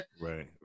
Right